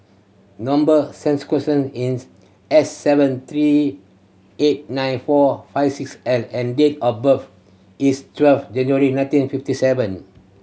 number is S seven three eight nine four five six L and date of birth is twelve January nineteen fifty seven